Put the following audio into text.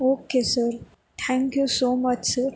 okay sir thank you so much sir